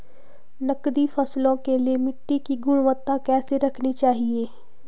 नकदी फसलों के लिए मिट्टी की गुणवत्ता कैसी रखनी चाहिए?